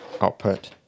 output